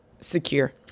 secure